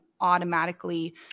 automatically